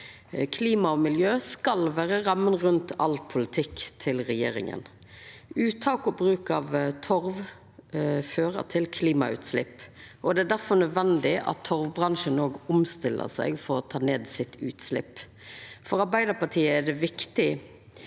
Klima og miljø skal vera ramma rundt all politikken til regjeringa. Uttak og bruk av torv fører til klimautslepp, og det er difor nødvendig at torvbransjen òg omstiller seg for å ta ned utsleppet sitt. For Arbeidarpartiet er det viktig